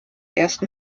ersten